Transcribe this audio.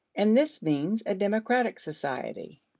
and this means a democratic society.